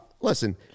Listen